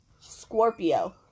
Scorpio